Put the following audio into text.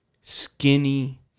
Skinny